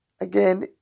Again